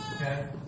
Okay